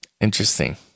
Interesting